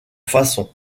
façon